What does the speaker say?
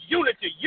unity